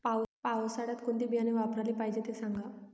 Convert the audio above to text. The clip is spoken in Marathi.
पावसाळ्यात कोणते बियाणे वापरले पाहिजे ते सांगा